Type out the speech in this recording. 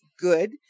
good